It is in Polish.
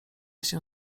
się